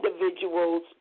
individuals